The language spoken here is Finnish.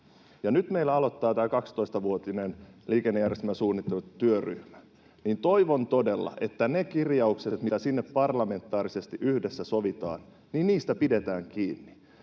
kun meillä aloittaa tämä 12-vuotinen liikennejärjestelmäsuunnittelutyöryhmä, niin toivon todella, että niistä kirjauksista, mitä sinne parlamentaarisesti yhdessä sovitaan, pidetään kiinni,